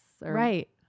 right